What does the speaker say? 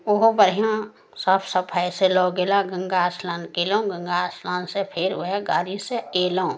ओहो बढ़िऑं साफ सफाइ से लऽ गेला गंगा स्नान केलहुॅं गंगा स्नान से फेर वएह गाड़ी से अयलहुॅं